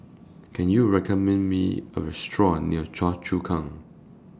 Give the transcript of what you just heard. Can YOU recommend Me A Restaurant near Choa Chu Kang